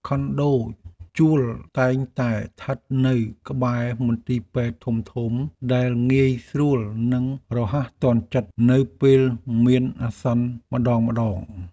ខុនដូជួលតែងតែស្ថិតនៅក្បែរមន្ទីរពេទ្យធំៗដែលងាយស្រួល និងរហ័សទាន់ចិត្តនៅពេលមានអាសន្នម្តងៗ។